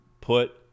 put